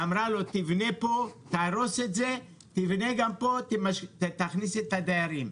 אמרה לו: תבנה פה, תהרוס את זה, תכניס את הדיירים,